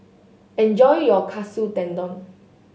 enjoy your Katsu Tendon